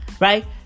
Right